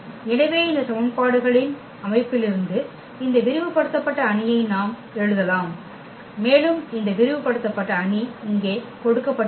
எனவே இந்த சமன்பாடுகளின் அமைப்பிலிருந்து இந்த விரிவுபடுத்தப்பட்ட அணியை நாம் எழுதலாம் மேலும் இந்த விரிவுபடுத்தப்பட்ட அணி இங்கே கொடுக்கப்பட்டுள்ளது